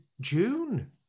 June